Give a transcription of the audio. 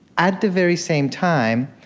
at the very same time,